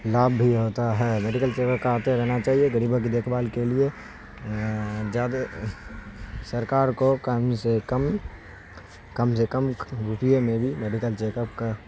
لابھ بھی ہوتا ہے میڈیکل چیک اپ کراتے رہنا چاہیے غریبوں کی دیکھ بھال کے لیے زیادہ سرکار کو کم سے کم کم سے کم روپیے میں بھی میڈیکل چیک اپ کا